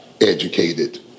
educated